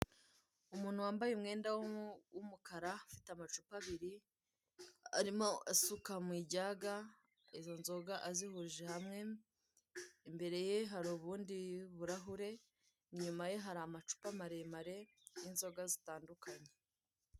Umuntu wambaye umwenda w'umukara ufite amacupa abiri arimo asuka mu ijyaga izo nzoga azihurije hamwe, imbere ye hari ubundi burahure inyuma ye hari amacupa maremare y'inzoga zitandukanye.